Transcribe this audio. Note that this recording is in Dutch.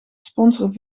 sponsoren